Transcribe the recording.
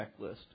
checklist